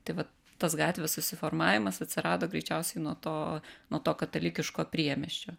tai va tas gatvės susiformavimas atsirado greičiausiai nuo to nuo to katalikiško priemiesčio